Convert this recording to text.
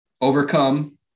overcome